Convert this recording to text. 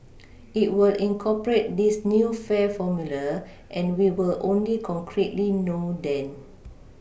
it will incorporate this new fare formula and we will only concretely know then